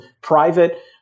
private